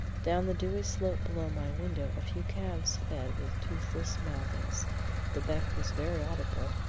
down the dewy slope below my window a few calves fed with toothless mouthings the beck was very audible,